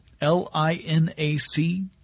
L-I-N-A-C